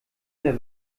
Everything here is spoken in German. der